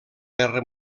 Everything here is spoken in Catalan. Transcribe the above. guerra